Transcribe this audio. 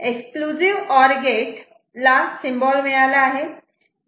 exclusive or gate ला symbol मिळाला आहे